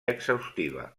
exhaustiva